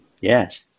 yes